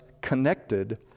connected